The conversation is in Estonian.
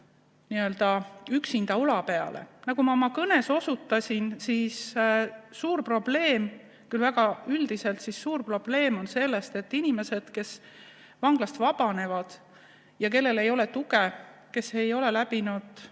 n-ö üksinda ula peale. Nagu ma oma kõnes osutasin, suur probleem, väga üldine suur probleem on see, et inimesed, kes vanglast vabanevad ja kellel ei ole tuge, kes ei ole läbinud